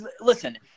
Listen